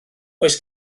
oes